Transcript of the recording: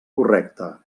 correcte